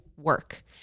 work